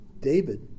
David